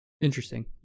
Interesting